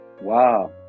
Wow